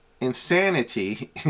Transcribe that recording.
Insanity